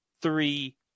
three